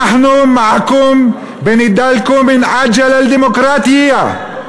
נחנא מעכם בנדאלכם מן אג'ל א-דימקראטיה.